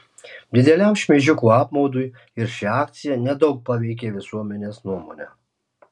dideliam šmeižikų apmaudui ir ši akcija nedaug paveikė visuomenės nuomonę